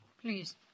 Please